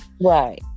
right